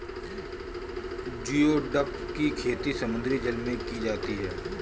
geoduck की खेती समुद्री जल में की जाती है